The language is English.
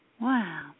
Wow